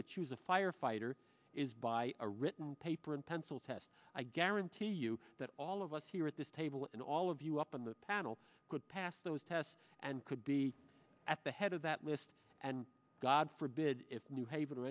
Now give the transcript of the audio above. to choose a firefighter is by a written paper and pencil test i guarantee you you that all of us here at this table and all of you up on the panel could pass those tests and could be at the head of that list and god forbid if new haven or